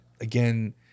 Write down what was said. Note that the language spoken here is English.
again